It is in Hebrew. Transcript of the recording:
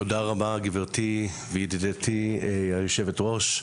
תודה רבה גברתי וידידתי יושבת הראש הוועדה.